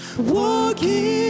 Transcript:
walking